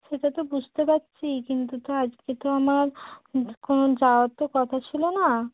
সেটা তো বুঝতে পারছি কিন্তু তো আজকে তো আমার কোনো যাওয়ার তো কথা ছিল না